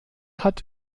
hat